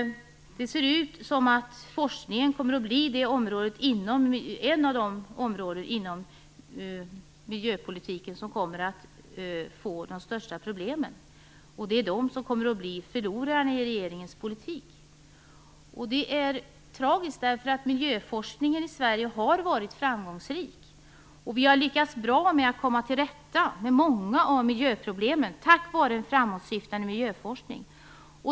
Det ser ut som att forskningen kommer att bli ett av de områden inom miljöpolitiken som kommer att få de största problemen. Det är den som kommer att bli förloraren i regeringens politik. Det är tragiskt, därför att miljöforskningen i Sverige har varit framgångsrik. Vi har lyckats bra med att komma till rätta med många av miljöproblemen tack vare en framåtsyftande miljöforskning.